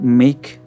make